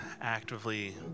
actively